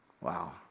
Wow